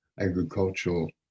agricultural